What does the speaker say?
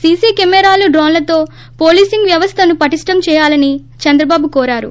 CC కెమెరాలు డ్రోన్లతో policing వ్యవస్తను పటిష్ణం చేయాలని చంద్రబాబు కోరారు